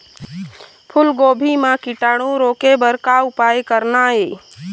फूलगोभी म कीटाणु रोके बर का उपाय करना ये?